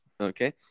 okay